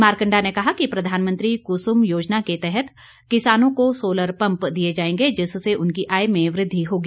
मारकंडा ने कहा कि प्रधानमंत्री कुसुम योजना के तहत किसानों को सोलर पम्प दिए जाएंगे जिससे उनकी आय में वृद्धि होगी